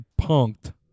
punked